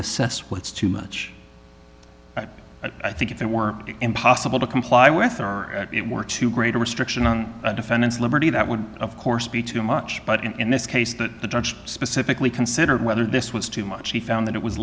assess what's too much i think if it were impossible to comply with or it were too great a restriction on a defendant's liberty that would of course be too much but in this case that the judge specifically considered whether this was too much he found that it was